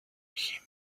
him